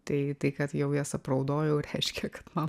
tai tai kad jau jas apraudojau reiškia kad man